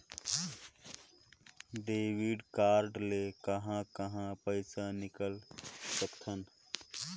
Debit card ले कहां कहां पइसा निकाल सकथन?